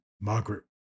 Margaret